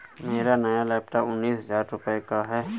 मेरा नया लैपटॉप उन्नीस हजार रूपए का है